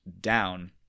down